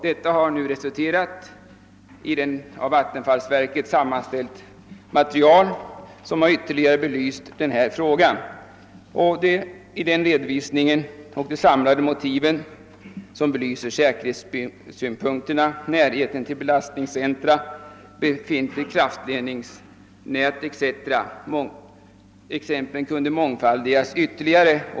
Detta har nu resulterat i ett av vattenfallsverket sammanställt material. I denna redovisning av de samlade motiven belyses säkerhetssynpunkterna, närheten till belastningscentra, befintligheten av kraftledningsnät etc. — exemplen skulle kunna mångfaldigas.